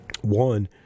one